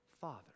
father